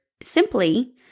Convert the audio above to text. simply